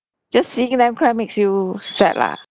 just seeing them cry makes you sad lah